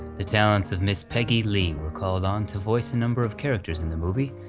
the talents of miss peggy lee were called on to voice a number of characters in the movie,